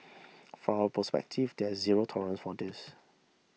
from our perspective there is zero tolerance for this